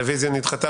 הרביזיה נדחתה.